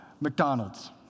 McDonald's